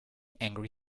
angry